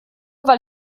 weil